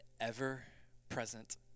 ever-present